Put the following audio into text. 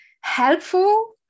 helpful